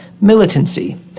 militancy